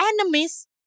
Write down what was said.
enemies